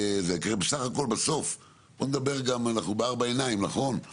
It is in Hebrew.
בסך הכל בסוף, בוא נדבר אנחנו בארבע עיניים נכון?